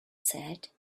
said